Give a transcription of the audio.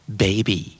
baby